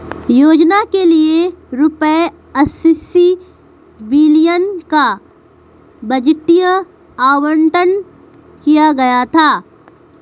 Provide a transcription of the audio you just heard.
योजना के लिए रूपए अस्सी बिलियन का बजटीय आवंटन किया गया था